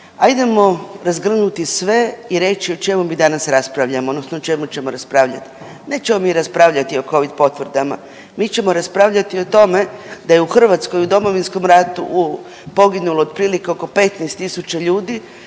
Ajdemo razgrnuti sve i reći o čemu mi danas raspravljamo odnosno o čemu ćemo raspravljat. Nećemo mi raspravljat o covid potvrdama, mi ćemo raspravljati o tome da je u Hrvatskoj u Domovinskom ratu poginulo otprilike oko 15.000 ljudi,